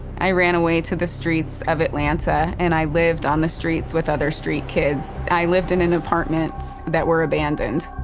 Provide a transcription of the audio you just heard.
i ran away to the streets of atlanta and i lived on the streets with other street kids. i lived in in apartments that were abandoned.